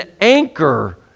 anchor